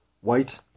white